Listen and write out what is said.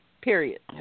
Period